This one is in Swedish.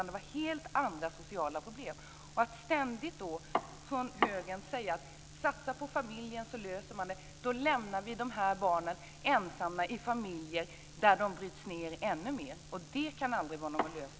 Det är helt andra sociala problem. Högern säger ständigt: Satsa på familjen så löser det sig! Men då lämnar vi de här barnen ensamma i familjer där de bryts ned ännu mer, och det kan aldrig vara någon lösning.